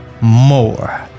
More